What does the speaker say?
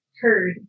heard